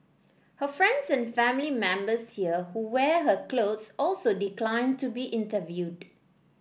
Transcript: her friends and family members here who wear her clothes also declined to be interviewed